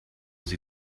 sie